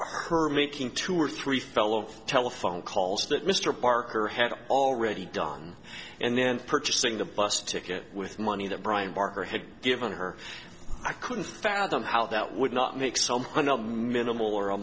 her making two or three fellow telephone calls that mr parker had already done and then purchasing the bus ticket with money that brian barker had given her i couldn't fathom how that would not make some minimal or a